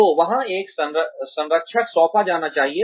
तो वहाँ कुछ संरक्षक सौंपा जाना चाहिए